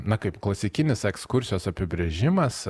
na kaip klasikinis ekskursijos apibrėžimas